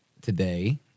today